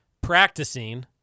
Practicing